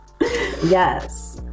Yes